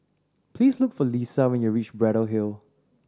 please look for Lissa when you reach Braddell Hill